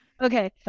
Okay